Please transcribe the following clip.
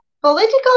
political